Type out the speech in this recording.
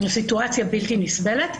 אנו בלובי מברכים על ההצעה.